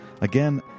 Again